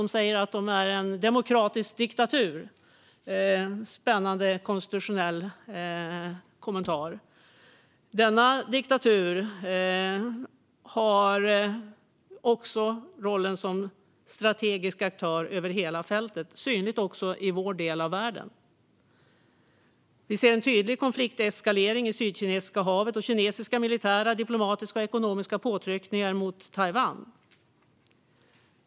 Kina säger sig vara en demokratisk diktatur - en spännande konstitutionell kommentar! Också denna diktatur har rollen som strategisk aktör över hela fältet. Det är synligt också i vår del av världen. Vi ser en tydlig konflikteskalering i Sydkinesiska havet och kinesiska militära, diplomatiska och ekonomiska påtryckningar mot Taiwan.